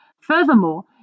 Furthermore